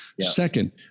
Second